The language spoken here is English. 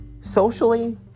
socially